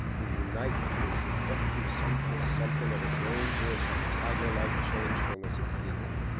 who unite to a seductive sweetness something of a dangerous and tigerlike changefulness of feeling.